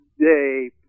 day